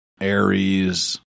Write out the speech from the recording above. Aries